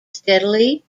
steadily